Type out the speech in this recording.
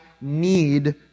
need